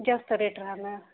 जास्त रेट राहणार